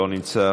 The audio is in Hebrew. לא נמצא.